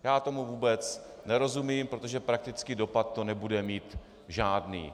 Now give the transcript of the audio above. Já tomu vůbec nerozumím, protože praktický dopad to nebude mít žádný.